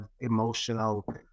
emotional